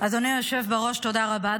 אדוני היושב בראש, תודה רבה.